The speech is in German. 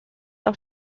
auch